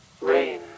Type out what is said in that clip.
Rain